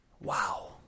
Wow